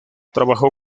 trabajó